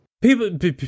People